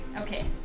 Okay